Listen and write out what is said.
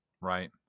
right